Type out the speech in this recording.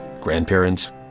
grandparents